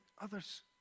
others